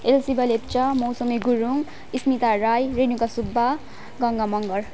Elisiva Lepcha Mausami Gurung Smita Rai Renuka Subba Ganga Magar